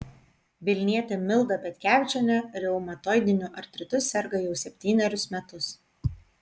vilnietė milda petkevičienė reumatoidiniu artritu serga jau septynerius metus